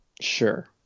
Sure